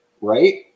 Right